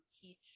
teach